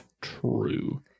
True